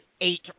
eight